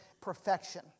perfection